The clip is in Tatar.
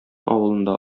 авылында